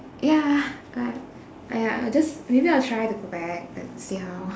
ya but !aiya! I'll just maybe I'll try to go back but see how